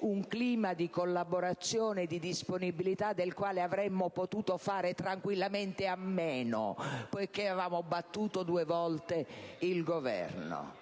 un clima di collaborazione e di disponibilità, del quale avremmo potuto fare tranquillamente a meno, poiché avevamo battuto due volte il Governo: